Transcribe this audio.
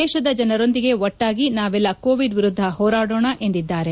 ದೇಶದ ಜನರೊಂದಿಗೆ ಒಟ್ಟಾಗಿ ನಾವೆಲ್ಲಾ ಕೋವಿಡ್ ವಿರುದ್ಧ ಹೋರಾಡೋಣಾ ಎಂದಿದ್ದಾರೆ